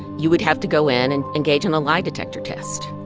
you would have to go in and engage in a lie detector test.